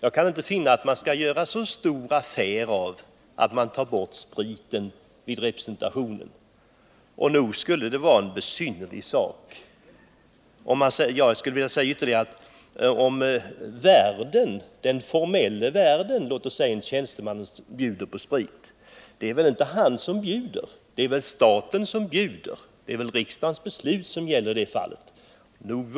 Jag kan inte finna att man skall göra så stor affär av att man tar bort spriten vid representation. Om den formella vården bjuder på sprit, så är det väl egentligen inte han som bjuder, det är staten som bjuder. Det är alltså riksdagens beslut som gäller.